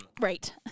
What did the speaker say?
Right